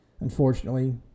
Unfortunately